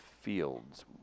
fields